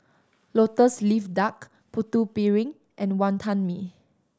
Lotus Leaf Duck Putu Piring and Wantan Mee